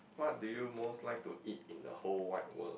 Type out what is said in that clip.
what do you most like to eat in the whole wide world